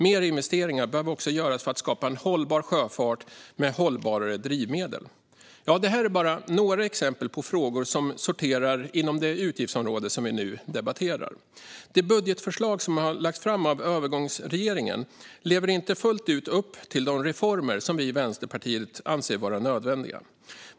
Mer investeringar behöver också göras för att skapa en hållbar sjöfart med hållbarare drivmedel. Detta är bara några exempel på frågor som sorterar under det utgiftsområde som vi nu debatterar. Det budgetförslag som har lagts fram av övergångsregeringen lever inte fullt ut upp till de reformer som vi i Vänsterpartiet anser vara nödvändiga.